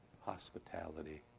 hospitality